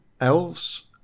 Elves